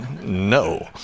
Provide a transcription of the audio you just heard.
No